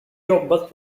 jobbat